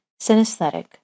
synesthetic